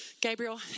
Gabriel